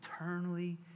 eternally